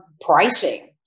pricing